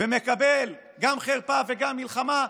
ומקבל גם חרפה וגם מלחמה,